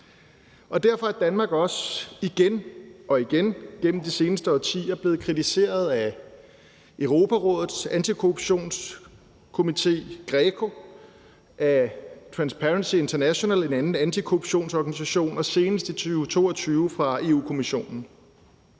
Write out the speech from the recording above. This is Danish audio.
Derfor er Danmark også igen og igen gennem de seneste årtier blevet kritiseret af Europarådets antikorruptionskomité, GRECO, af Transparency International – en anden antikorruptionsorganisation – og senest i 2022 af Europa-Kommissionen.